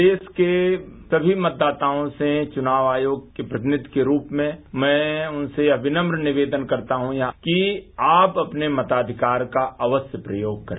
प्रदेश के सभी मतदाताओं से चुनाव आयोग के प्रतिनिधि के रूप में मैं उनसे विनम्न निवेदन करता हूँ कि आप अपने मताधिकार का अवश्य प्रयोग करें